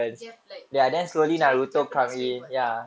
jap~ like J japanese wave what